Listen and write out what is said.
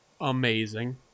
amazing